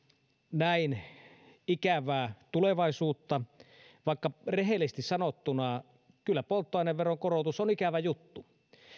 näin ikävää tulevaisuutta vaikka rehellisesti sanottuna kyllä polttoaineveron korotus on ikävä juttu